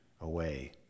away